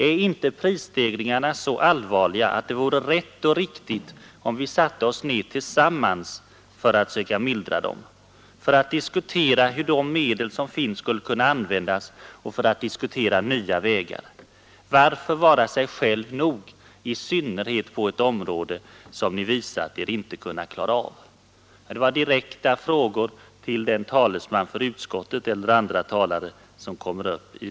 Är inte prisstegringarna så allvarliga att det vore rätt och riktigt om vi satte oss ned tillsammans för att söka mildra dem, för att diskutera hur de medel som finns skulle kunna användas och för att diskutera nya vägar? Varför vara sig själv nog — i synnerhet på ett område som ni visat er inte kunna klara av?